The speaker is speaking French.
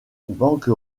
banque